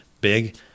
big